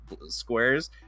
squares